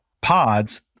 pods